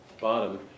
bottom